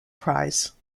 prize